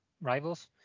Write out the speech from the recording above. rivals